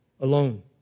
alone